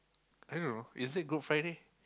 I don't know is it Good Friday